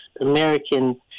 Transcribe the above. American